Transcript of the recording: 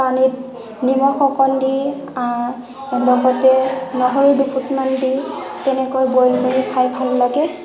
পানীত নিমখ অকণ দি লগতে নহৰু দুফোটমান দি তেনেকৈ বইল কৰি খাই ভাল লাগে